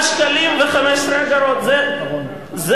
ושילמנו על זה סובסידיה, ל-7.15 שקלים.